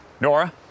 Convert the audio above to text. Nora